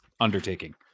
undertaking